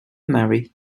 marry